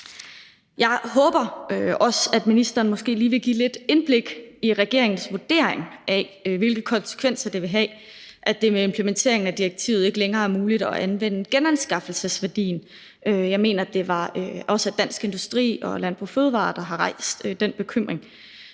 Jeg håber også, at ministeren måske lige vil give lidt indblik i regeringens vurdering af, hvilke konsekvenser det vil have, at det med implementeringen af direktivet ikke længere er muligt at anvende genanskaffelsesværdien – jeg mener også, det var Dansk Industri og Landbrug & Fødevarer, der har rejst den bekymring